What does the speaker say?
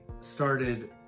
started